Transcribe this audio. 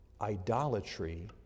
idolatry